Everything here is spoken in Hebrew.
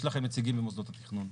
יש לכם נציגים במוסדות התכנון.